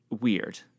weird